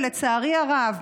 ולצערי הרב,